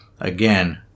again